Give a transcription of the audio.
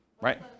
right